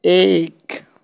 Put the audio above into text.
एक